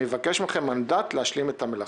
אני אבקש מכם מנדט להשלים את המלאכה".